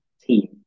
team